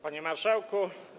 Panie Marszałku!